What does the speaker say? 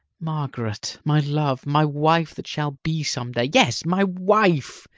margaret, my love, my wife that shall be some day yes, my wife!